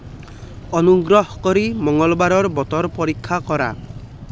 অনুগ্ৰহ কৰি মঙলবাৰৰ বতৰ পৰীক্ষা কৰা